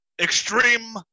Extreme